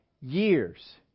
years